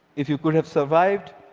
if you could have survived,